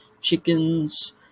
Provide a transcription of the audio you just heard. chickens